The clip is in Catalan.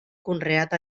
conreat